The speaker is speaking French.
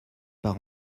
par